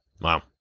Wow